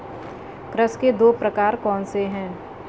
कृषि के दो प्रकार कौन से हैं?